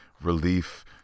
relief